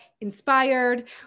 inspired